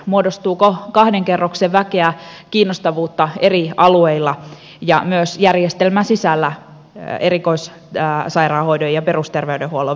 muodostuuko kahden kerroksen väkeä erilaista kiinnostavuutta eri alueilla ja myös järjestelmän sisällä erikoissairaanhoidon ja perusterveydenhuollon välillä